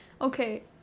Okay